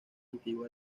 antigua